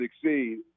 succeed